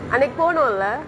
அன்னிக்கு போனோலே:anniku ponollae